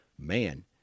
man